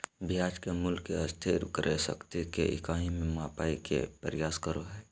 ब्याज के मूल्य के स्थिर क्रय शक्ति के इकाई में मापय के प्रयास करो हइ